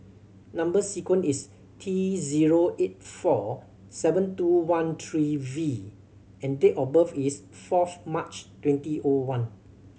number sequence is T zero eight four seven two one three V and date of birth is fourth March twenty O one